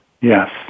Yes